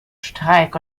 streik